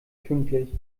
pünktlich